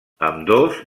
ambdós